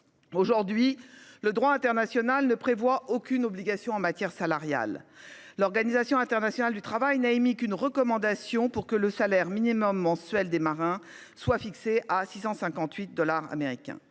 Aujourd'hui, le droit international ne prévoit aucune obligation en matière salariale. L'Organisation internationale du travail n'a émis qu'une recommandation pour que le salaire minimum mensuel des marins soit fixé à 658 dollars américains.